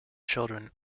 children